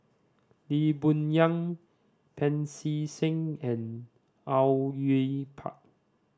Lee Boon Yang Pancy Seng and Au Yue Pak